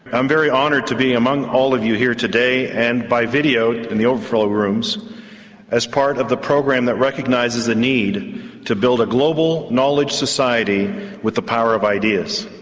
i'm very honoured to be among all of you here today and by video in the overflow rooms as part of the program that recognises a need to build a global knowledge society with the power of ideas.